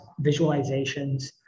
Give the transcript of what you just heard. visualizations